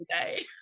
day